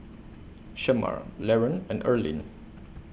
Shemar Laron and Erlene